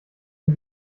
ihn